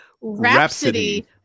Rhapsody